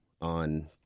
on